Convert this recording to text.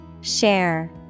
Share